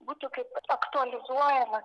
būtų kaip aktualizuojamas